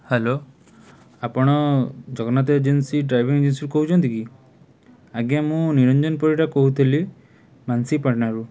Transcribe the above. hello ଆପଣ Jagannath agency driving ଏଜେନ୍ସିରୁ କହୁଛନ୍ତି କି ଆଜ୍ଞା ମୁଁ ନିରଞ୍ଜନ ପରିଡ଼ା କହୁଥିଲି ମାନସିଂ ପାଟନାରୁ